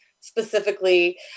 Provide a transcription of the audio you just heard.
specifically